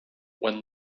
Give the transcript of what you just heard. when